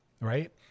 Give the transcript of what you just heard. right